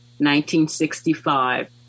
1965